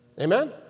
Amen